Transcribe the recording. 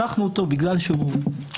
שלחנו אותו בגלל שהוא מסכן,